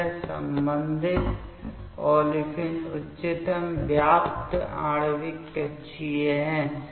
तो यह संबंधित ओलेफिन उच्चतम व्याप्त आणविक कक्षीय है